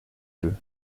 feu